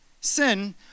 sin